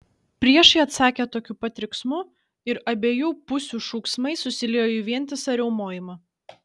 priešai atsakė tokiu pat riksmu ir abiejų pusių šūksmai susiliejo į vientisą riaumojimą